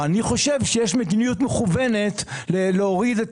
אני חושב שיש מדיניות מכוונת להוריד את